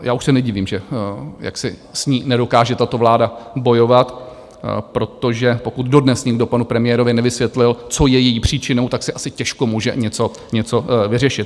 Já už se nedivím, že jaksi s ní nedokáže tato vláda bojovat, protože pokud dodnes nikdo panu premiérovi nevysvětlil, co je její příčinou, tak se asi těžko může něco vyřešit.